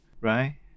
right